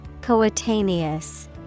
Coetaneous